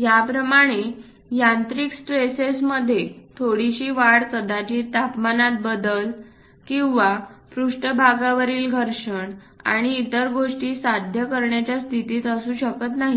याप्रमाणे यांत्रिक स्ट्रेसेसमध्ये थोडीशी वाढ कदाचित तापमानात बदल किंवा पृष्ठभागावरील घर्षण आणि इतर गोष्टीं साध्य करण्याच्या स्थितीत असू शकत नाही